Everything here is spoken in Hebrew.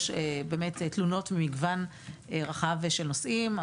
יש באמת תלונות ממגוון רחב של נושאים,